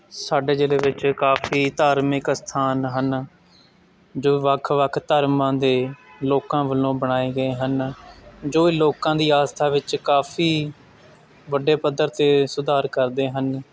ਸਾਡੇ ਜ਼ਿਲ੍ਹੇ ਵਿੱਚ ਕਾਫੀ ਧਾਰਮਿਕ ਅਸਥਾਨ ਹਨ ਜੋ ਵੱਖ ਵੱਖ ਧਰਮਾਂ ਦੇ ਲੋਕਾਂ ਵੱਲੋਂ ਬਣਾਏ ਗਏ ਹਨ ਜੋ ਲੋਕਾਂ ਦੀ ਆਸਥਾ ਵਿੱਚ ਕਾਫੀ ਵੱਡੇ ਪੱਧਰ 'ਤੇ ਸੁਧਾਰ ਕਰਦੇ ਹਨ